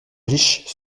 riches